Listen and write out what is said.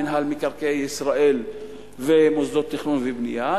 מינהל מקרקעי ישראל ומוסדות התכנון והבנייה?